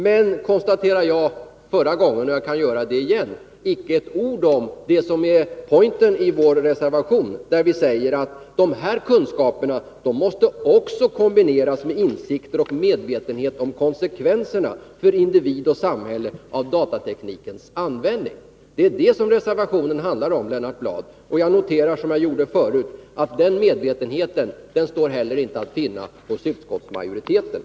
Men han sade icke ett ord om vår ”point” i reservationen, nämligen att dessa kunskaper också måste kombineras med insikter och medvetenhet om konsekvenserna för individ och samhälle av datateknikens användning. Det är detta reservationen handlar om, och jag noterar — som jag gjorde förut — att den medvetenheten inte står att finna hos utskottsmajoriteten.